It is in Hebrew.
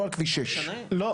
לא על כביש 6. לא,